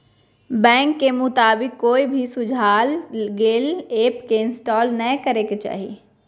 bank के मुताबिक, कोई भी सुझाल गेल ऐप के इंस्टॉल नै करे के चाही